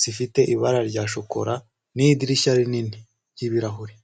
zifite ibara rya shokora n’idirishya rinini ry’ibirahure.